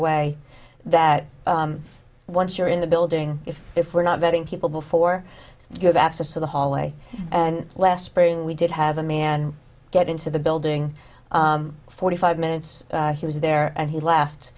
away that once you're in the building if if we're not getting people before you have access to the hallway and less spring we did have a man get into the building forty five minutes he was there and he left